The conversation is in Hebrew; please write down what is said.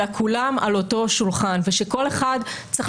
אלא כולם על אותו שולחן ושכל אחד צריך